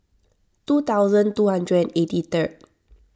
two thousand two hundred and eighty third